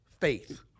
faith